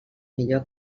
millor